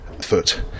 foot